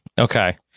Okay